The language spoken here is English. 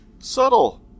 Subtle